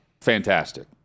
fantastic